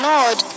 Lord